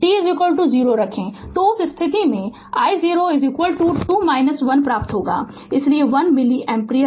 तो उस स्थिति में i 0 2 1 प्राप्त होगा इसलिए 1 मिली एम्पीयर